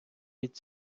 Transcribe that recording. від